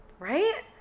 right